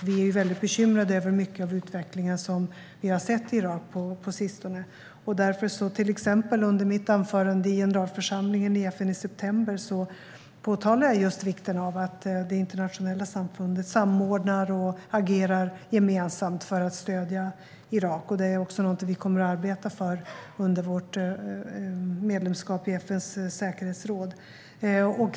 Vi är mycket bekymrade över den utveckling som vi har sett i Irak på sistone. Därför påpekade jag i mitt anförande i FN:s generalförsamling i september vikten av att det internationella samfundet agerar gemensamt för att stödja Irak. Det är också något vi kommer att arbeta för under vårt medlemskap i FN:s säkerhetsråd.